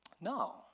No